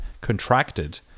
contracted